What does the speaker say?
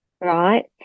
right